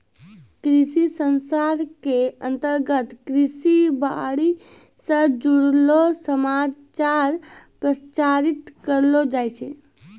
कृषि संचार के अंतर्गत खेती बाड़ी स जुड़लो समाचार प्रसारित करलो जाय छै